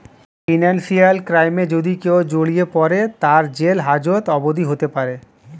financial ক্রাইমে যদি কেও জড়িয়ে পরে, তার জেল হাজত অবদি হতে পারে